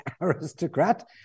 aristocrat